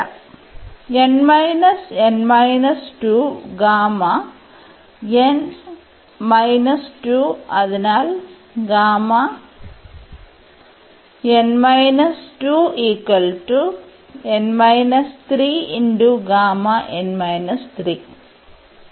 അതിനാൽ n minus n minus 2 gamma n minus 2 അതിനാൽ